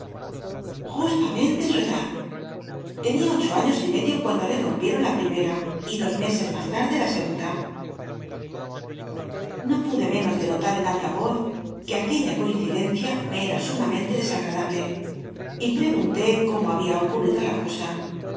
uslamentc su edad l'enia ocho aiíos y medio cuando le rompieron la primera y dos meses más tarde la segunda no pude menos de nota r en alta voz que aquella coincidencia me ca sumamente dcsagadable y pcgunlé cómo había ocuttido la cosa